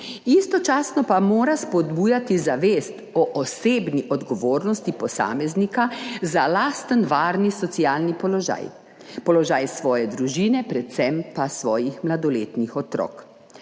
istočasno pa mora spodbujati zavest o osebni odgovornosti posameznika za lasten varni socialni položaj, položaj svoje družine, predvsem pa svojih mladoletnih otrok.